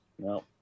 No